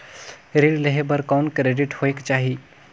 ऋण लेहे बर कौन क्रेडिट होयक चाही?